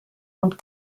und